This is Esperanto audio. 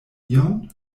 ion